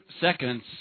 seconds